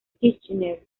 kirchner